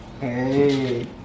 Hey